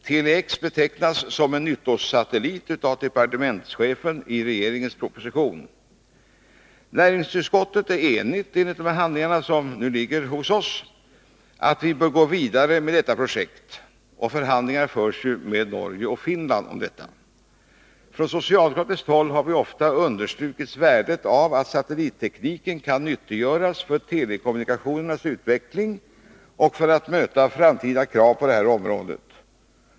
Departementschefen betecknar i regeringens proposition Tele-X som en ”nyttosatellit”. Enligt de handlingar som nu ligger på riksdagens bord är näringsutskottet enigt om att vi bör gå vidare med detta projekt. Förhandlingar med Norge och Finland är i gång. Från socialdemokratiskt håll har vi ofta understrukit värdet av att satellittekniken kan nyttiggöras för telekommunikationernas utveckling och för att möta framtida krav på detta område.